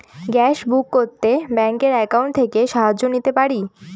Gas book করতে ব্যাংকের account থেকে সাহায্য নিতে পারি?